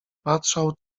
patrzał